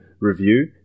review